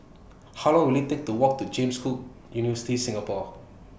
How Long Will IT Take to Walk to James Cook University Singapore